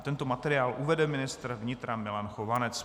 Tento materiál uvede ministr vnitra Milan Chovanec.